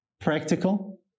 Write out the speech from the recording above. practical